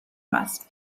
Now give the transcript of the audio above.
მას